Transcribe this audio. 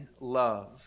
love